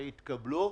התקבלו.